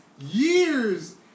years